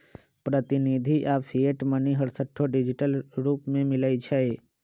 प्रतिनिधि आऽ fiat money हरसठ्ठो डिजिटल रूप में मिलइ छै